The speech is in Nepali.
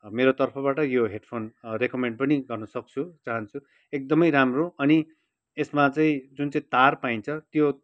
मेरो तर्फबाट यो हेडफोन रेकमेन्ड पनि गर्नु सक्छु चाहन्छु एकदमै राम्रो अनि यसमा चाहिँ जुन चाहिँ तार पाइन्छ त्यो